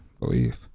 belief